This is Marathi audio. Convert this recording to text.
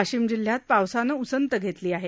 वाशिम जिल्ह्यात पावसानं उसंत घेतली आहे